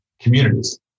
communities